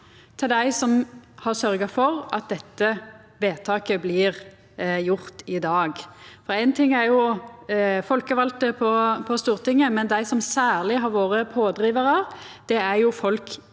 til dei som har sørgt for at dette vedtaket blir gjort i dag. Éin ting er folkevalde på Stortinget, men dei som særleg har vore pådrivarar, er folk